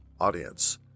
audience